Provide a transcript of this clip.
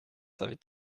avait